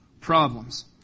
problems